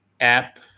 app